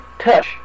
Touch